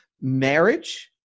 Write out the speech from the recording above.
marriage